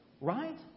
right